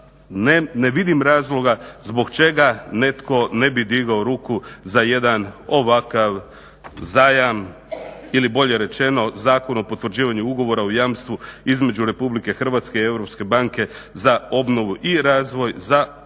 ne vidim razloga zbog čega netko ne bi digao ruku za jedan ovakav zajam ili bolje rečeno Zakon o potvrđivanju ugovora o jamstvu između EU i Europske banke za obnovu i razvoj za "Projekt